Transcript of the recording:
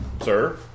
Sir